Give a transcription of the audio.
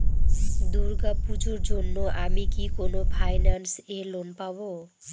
দূর্গা পূজোর জন্য আমি কি কোন ফাইন্যান্স এ লোন পাবো?